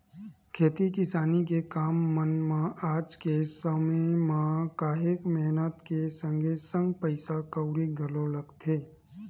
खेती किसानी के काम मन म आज के समे म काहेक मेहनत के संगे संग पइसा कउड़ी घलो लगथे